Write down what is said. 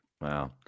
Wow